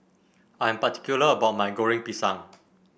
I am particular about my Goreng Pisang